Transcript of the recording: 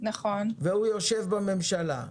והוא יושב בממשלה,